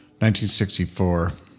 1964